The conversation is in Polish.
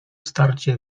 starcie